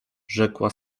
rzekła